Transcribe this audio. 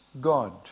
God